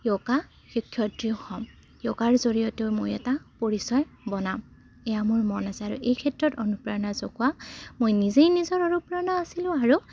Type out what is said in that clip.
য়োগা শিক্ষয়িত্ৰী হ'ম য়োগাৰ জৰিয়তেও মই এটা পৰিচয় বনাম এয়া মোৰ মন আছে আৰু এই ক্ষেত্ৰত অনুপ্ৰেৰণা জগোৱা মই নিজেই নিজৰ অনুপ্ৰেৰণা আছিলোঁ আৰু